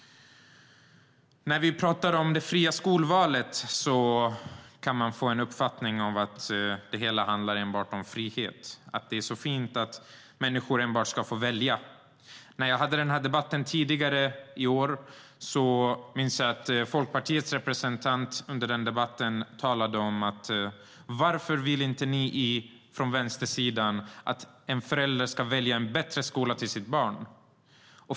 När vi talar om det fria skolvalet kan man få uppfattningen att det hela handlar enbart om frihet och att det är så fint att människor ska få välja. I en debatt tidigare i år minns jag att Folkpartiets representant i debatten frågade varför vi från vänstersidan inte vill att en förälder ska få välja en bättre skola till sitt barn.